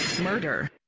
Murder